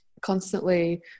constantly